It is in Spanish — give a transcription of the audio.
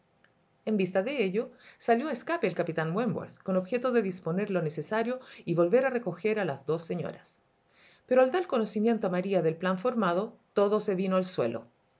en vista de ello salió a escape el capitán wentworth con objeto de disponer lo necesario y volver a recoger a las dos señoras pero al dar conocimiento a maría del plan formado todo se vino al suelo